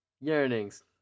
yearnings